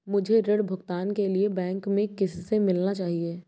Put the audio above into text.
मुझे ऋण भुगतान के लिए बैंक में किससे मिलना चाहिए?